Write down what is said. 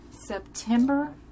September